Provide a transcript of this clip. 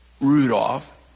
Rudolph